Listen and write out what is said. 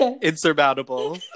insurmountable